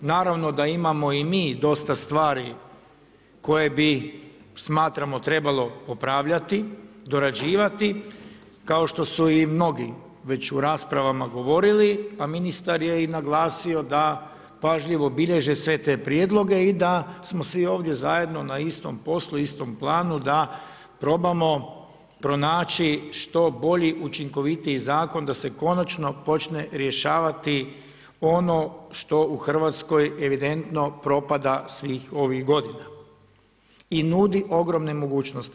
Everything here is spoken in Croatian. Naravno da imamo i mi dosta stvari koje bi smatramo trebalo popravljati, dorađivati kao što su i mnogi već u raspravama govorili, a ministar je i naglasio da pažljivo bilježe sve te prijedloge i da smo svi ovdje zajedno na istom poslu, istom planu da probamo pronaći što bolji, učinkovitiji zakon da se konačno počne rješavati ono što u Hrvatskoj evidentno propada svih ovih godina i nudi ogromne mogućnosti.